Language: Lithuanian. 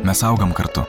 mes augam kartu